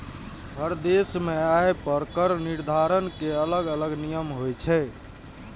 हर देश मे आय पर कर निर्धारण के अलग अलग नियम होइ छै